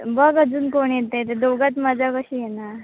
बघ अजून कोण येतंय तर दोघांत मजा कशी येणार